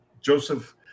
joseph